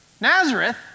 Nazareth